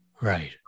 Right